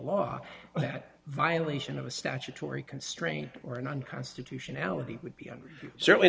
that violation of a statutory constraint or and on constitutionality would be under certainly